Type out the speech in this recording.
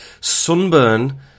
Sunburn